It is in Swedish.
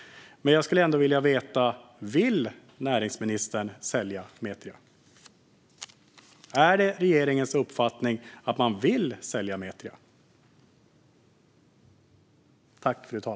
Men jag skulle ändå vilja veta: Vill näringsministern sälja Metria? Är det regeringens uppfattning att Metria bör säljas?